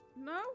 No